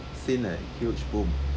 seen a huge boom